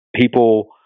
people